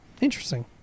Interesting